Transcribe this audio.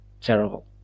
terrible